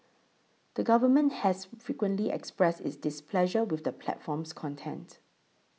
the government has frequently expressed its displeasure with the platform's content